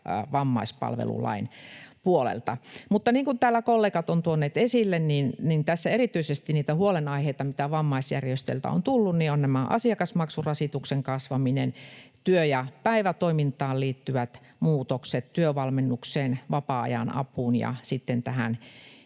vammaispalvelulain puolelta. Mutta niin kuin täällä kollegat ovat tuoneet esille, huolenaiheita, joita tässä vammaisjärjestöiltä on tullut, ovat erityisesti asiakasmaksurasituksen kasvaminen, työ- ja päivätoimintaan liittyvät muutokset sekä työvalmennukseen, vapaa-ajan apuun ja sitten tähän